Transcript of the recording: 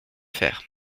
faire